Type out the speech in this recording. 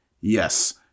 Yes